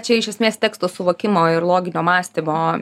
čia iš esmės teksto suvokimo ir loginio mąstymo